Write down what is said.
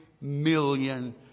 million